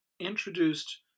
introduced